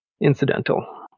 Incidental